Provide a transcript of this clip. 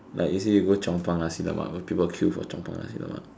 like you see you go Chong Pang Nasi-Lemak when people queue for Chong Pang Nasi-Lemak